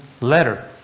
Letter